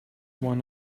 one